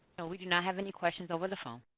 and we do not have any questions over the phone.